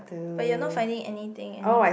but you're not finding anything any~